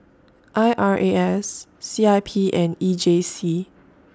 I R A S C I P and E J C